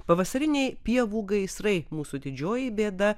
pavasariniai pievų gaisrai mūsų didžioji bėda